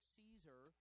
Caesar